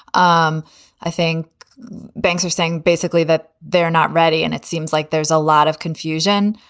um i think banks are saying basically that they're not ready. and it seems like there's a lot of confusion.